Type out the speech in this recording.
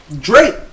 Drake